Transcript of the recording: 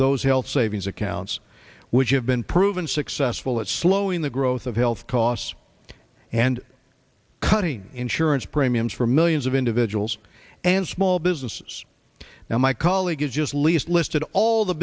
those health savings accounts which have been proven successful at slowing the growth of health costs and cutting insurance premiums for millions of individuals and small businesses now my colleagues just leave listed all the